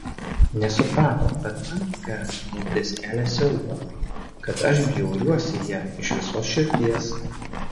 nesuprato kad man tokia mintis kelia siaubą kad aš bjauriuosi ja iš visos širdies